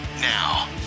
now